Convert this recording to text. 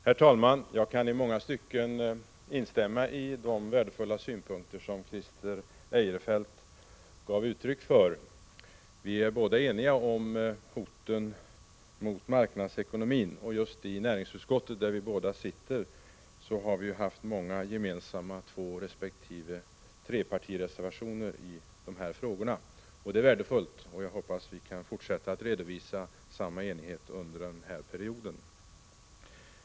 Herr talman! Jag kan i många stycken instämma i de värdefulla synpunkter som Christer Eirefelt gav uttryck för. Vi är båda eniga om vad som hotar marknadsekonomin. I näringsutskottet, där vi båda sitter, har vi haft många gemensamma tvåresp. trepartireservationer i dessa frågor. Det är värdefullt, och jag hoppas att vi kan fortsätta att redovisa samma enighet under den här perioden.